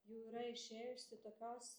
jau yra išėjusi tokios